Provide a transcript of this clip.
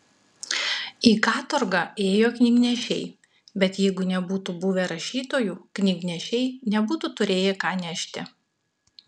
į katorgą ėjo knygnešiai bet jeigu nebūtų buvę rašytojų knygnešiai nebūtų turėję ką nešti